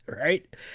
Right